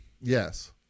yes